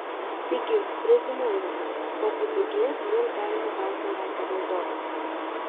taigi reziumuojame pokalbio gijas vėl perėmė baltojo rato valdovas